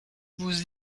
vous